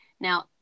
Now